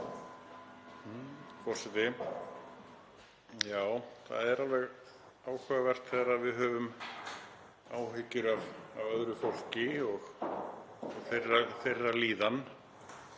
Það er alveg áhugavert þegar við höfum áhyggjur af öðru fólki og líðan